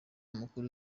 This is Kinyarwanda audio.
umukuru